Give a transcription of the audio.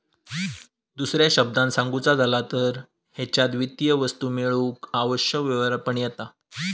दुसऱ्या शब्दांत सांगुचा झाला तर हेच्यात वित्तीय वस्तू मेळवूक आवश्यक व्यवहार पण येता